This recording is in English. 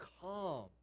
calm